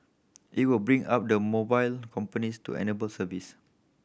it will been up the mobile companies to enable service